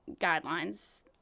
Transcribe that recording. guidelines